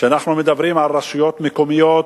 כשאנחנו מדברים על רשויות מקומיות,